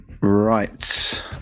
Right